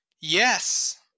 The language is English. yes